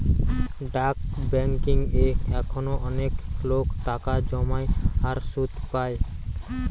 ডাক বেংকিং এ এখনো অনেক লোক টাকা জমায় আর সুধ পায়